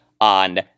on